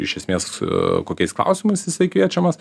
iš esmės kokiais klausimais jisai kviečiamas